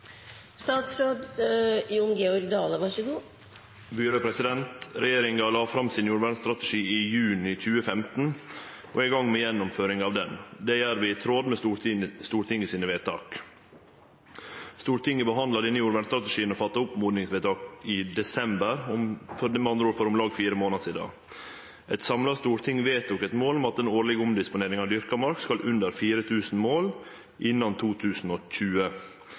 la fram jordvernstrategien sin i juni 2015 og er i gang med gjennomføringa av han. Det gjer vi i tråd med Stortinget sine vedtak. Stortinget behandla denne jordvernstrategien og fatta oppmodingsvedtak i desember 2015, med andre ord for om lag fire månader sidan. Eit samla storting vedtok eit mål om at den årlege omdisponeringa av dyrka mark skal under 4 000 mål innan 2020,